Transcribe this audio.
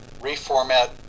reformat